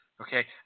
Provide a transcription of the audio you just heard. Okay